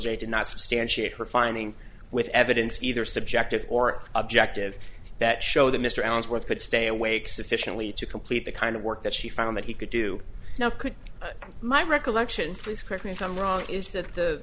they did not substantiate her finding with evidence either subjective or objective that show that mr ellsworth could stay awake sufficiently to complete the kind of work that she found that he could do now could my recollection is correct me if i'm wrong is that the